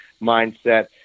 mindset